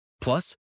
Plus